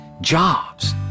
jobs